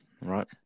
right